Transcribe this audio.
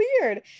weird